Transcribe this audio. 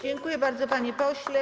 Dziękuję bardzo, panie pośle.